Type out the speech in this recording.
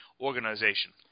organization